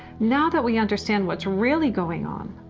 now that we understand what's really going on.